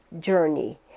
journey